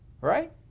Right